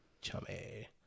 chummy